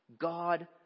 God